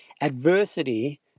adversity